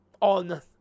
on